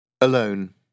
Alone